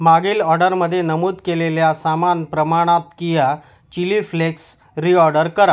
मागील ऑर्डरमधे नमूद केलेल्या सामान प्रमाणात किया चिली फ्लेक्स रिऑर्डर करा